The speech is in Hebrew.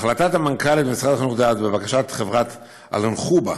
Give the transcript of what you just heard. החלטת מנכ"לית משרד החינוך דאז בבקשת חברת אלנוח'בא